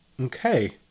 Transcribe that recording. Okay